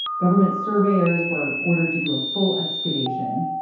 government surveyors were ordered to do a full excavation.